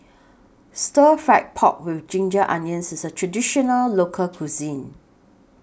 Stir Fry Pork with Ginger Onions IS A Traditional Local Cuisine